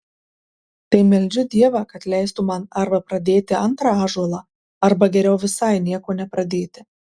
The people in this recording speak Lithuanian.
tai meldžiu dievą kad leistų man arba pradėti antrą ąžuolą arba geriau visai nieko nepradėti